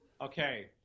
Okay